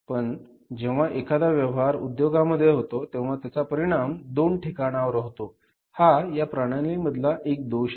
पण जेव्हा एखादा व्यवहार उद्योगामध्ये होतो तेव्हा त्याचा परिणाम दोन ठिकाणांवर होतो हा या प्रणाली मधला एक दोष आहे